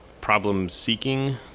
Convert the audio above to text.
problem-seeking